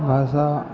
भाषा